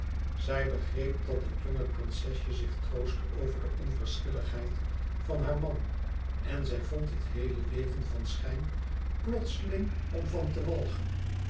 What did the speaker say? zij begreep dat het jonge prinsesje zich troostte over de onverschilligheid van haar man en zij vond dit heele leven van schijn plotseling om van te walgen